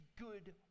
good